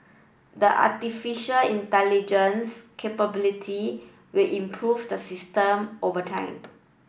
the artificial intelligence capability will improve the system over time